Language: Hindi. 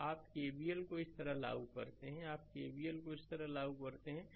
तो आप केवीएल को इस तरह लागू करते हैं आप केवीएल को इस तरह लागू करते हैं